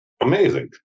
Amazing